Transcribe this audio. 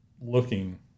looking